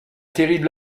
terrible